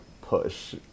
push